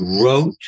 wrote